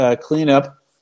cleanup